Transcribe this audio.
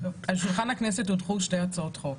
על שולחן הכנסת הונחו שתי הצעות חוק.